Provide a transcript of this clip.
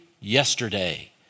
yesterday